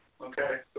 Okay